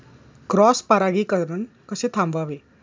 Cross परागीकरण कसे थांबवावे?